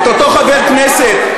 את אותו חבר כנסת: